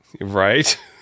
Right